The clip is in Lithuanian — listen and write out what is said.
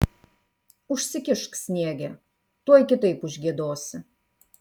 užsikišk sniege tuoj kitaip užgiedosi